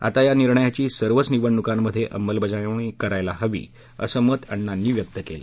आता या निर्णयाची सर्वच निवणुकांमध्ये अंमलबजावणी करायला हवं असं मत अण्णांनी व्यक्त केलं